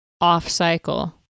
off-cycle